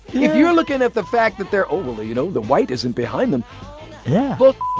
if you're looking at the fact that, they're oh, well, you know, the white isn't behind them yeah bull.